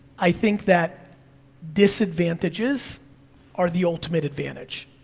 i think that disadvantages are the ultimate advantage.